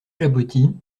jaboti